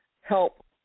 help